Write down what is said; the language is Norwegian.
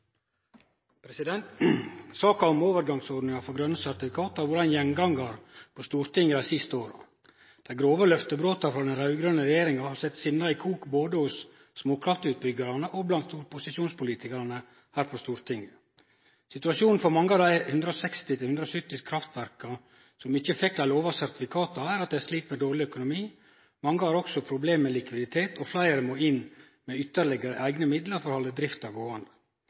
til. Saka om overgangsordninga for grøne sertifikat har vore ein gjengangar på Stortinget dei siste åra. Dei grove løftebrota frå den raud-grøne regjeringa har sett sinna i kok både hos småkraftutbyggjarane og blant opposisjonspolitikarane her på Stortinget. Situasjonen for mange av dei 160–170 kraftverka som ikkje fekk dei lova sertifikata, er at dei slit med dårleg økonomi. Mange har også problem med likviditet, og fleire må gå inn med ytterlegare eigne midlar for å halde drifta gåande.